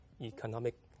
economic